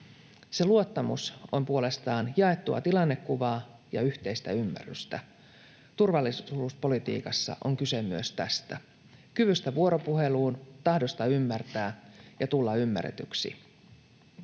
Se luottamus on puolestaan jaettua tilannekuvaa ja yhteistä ymmärrystä. Turvallisuuspolitiikassa on kyse myös tästä: kyvystä vuoropuheluun, tahdosta ymmärtää ja tulla ymmärretyksi.